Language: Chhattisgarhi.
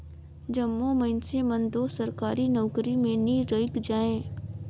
जम्मो मइनसे मन दो सरकारी नउकरी में नी लइग जाएं